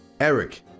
Eric